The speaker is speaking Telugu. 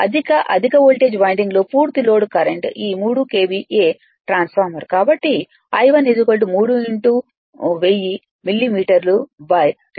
అధిక అధిక వోల్టేజ్ వైండింగ్లో పూర్తి లోడ్ కరెంట్ ఈ 3 KVA ట్రాన్స్ఫార్మర్ కాబట్టి I1 3 1000 మిమీ 230 13